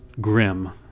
grim